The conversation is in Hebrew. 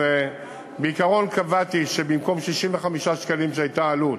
בעיקרון, קבעתי שבמקום 65 שקלים, שהייתה העלות,